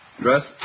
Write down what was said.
Dress